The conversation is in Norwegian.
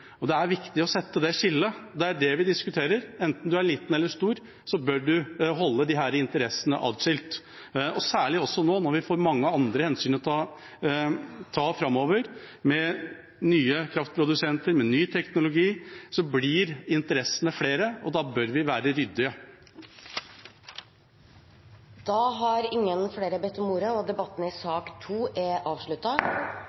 Det er viktig å sette det skillet, og det er det vi diskuterer: Enten man er liten eller stor, bør man holde disse interessene atskilt, særlig nå, når vi får mange andre hensyn å ta framover. Med nye kraftprodusenter og ny teknologi blir interessene flere, og da bør vi være ryddige. Flere har ikke bedt om ordet